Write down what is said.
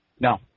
No